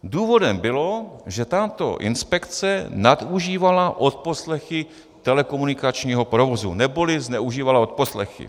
Důvodem bylo, že tato inspekce nadužívala odposlechy telekomunikačního provozu, neboli zneužívala odposlechy.